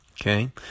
okay